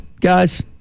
guys